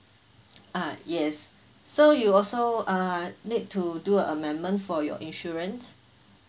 ah yes so you also uh need to do amendment for your insurance